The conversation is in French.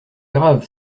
grave